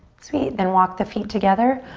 sweet, then walk the feet together.